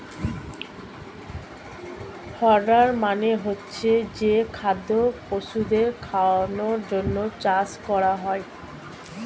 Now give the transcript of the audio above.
fodder মানে হচ্ছে যেই খাদ্য পশুদের খাওয়ানোর জন্যে চাষ করা হয়